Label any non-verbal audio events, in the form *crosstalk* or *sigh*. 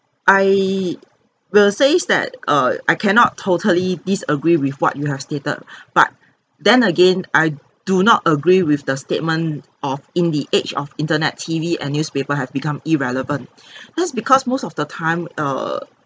I will says that err I cannot totally disagree with what you have stated *breath* but then again I do not agree with the statement of in the age of internet T_V and newspaper have become irrelevant *breath* that's because most of the time err